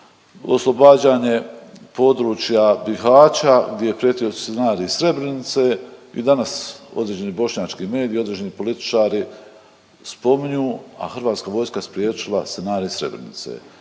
oslobađanje područja Bihaća gdje je prijetio scenarij Srebrenice i danas određeni bošnjački mediji i određeni političari spominju, a HV je spriječila scenarij iz Srebrenice.